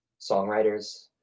songwriters